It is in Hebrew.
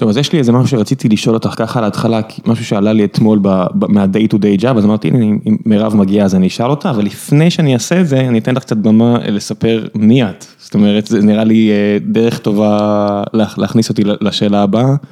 טוב, אז יש לי איזה משהו שרציתי לשאול אותך ככה להתחלה, משהו ששאלה לי אתמול, מה-day to day job, אז אמרתי לי, אם מירב מגיע, אז אני אשאל אותה, אבל לפני שאני אעשה זה, אני אתן לך קצת במה לספר מי את, זאת אומרת, זה נראה לי דרך טובה להכניס אותי לשאלה הבאה.